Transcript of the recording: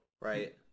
right